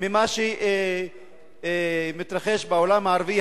ממה שמתרחש בעולם הערבי.